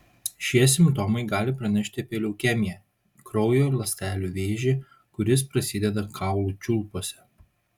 šie simptomai gali pranešti apie leukemiją kraujo ląstelių vėžį kuris prasideda kaulų čiulpuose